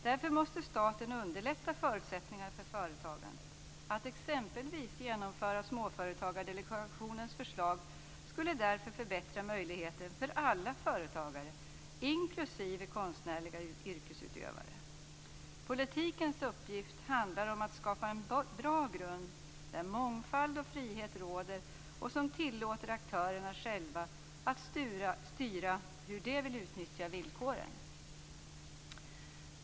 Därför måste staten underlätta förutsättningarna för företagandet. Att t.ex. genomföra Småföretagsdelegationens förslag skulle förbättra möjligheterna för alla företagare, inklusive konstnärliga yrkesutövare. Politikens uppgift handlar om att skapa en bra grund där mångfald och frihet råder och som tillåter aktörerna själva att styra hur de vill utnyttja villkoren.